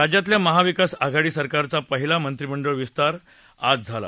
राज्यातल्या महाविकास आघाडी सरकारचा पहिला मंत्रिमंडळ विस्तार आज झाला